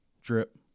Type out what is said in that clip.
drip